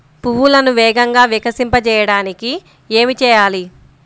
పువ్వులను వేగంగా వికసింపచేయటానికి ఏమి చేయాలి?